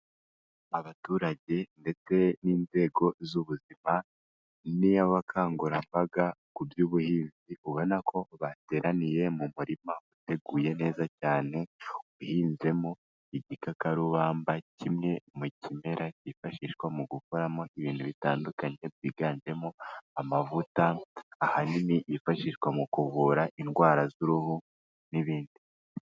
Abaturage ndetse n'inzego z'ubuzima, n'iy'abakangurambaga ku by'ubuhinzi, ubona ko bateraniye mu murima uteguye neza cyane, uhinzemo igikakarubamba kimwe mu kimera kifashishwa mu gukoramo ibintu bitandukanye byiganjemo, amavuta ahanini yifashishwa mu kuvura indwara z'uruhu n'ibindi.